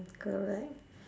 correct